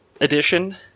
Edition